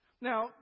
Now